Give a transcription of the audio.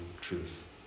truth